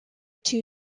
two